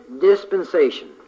dispensation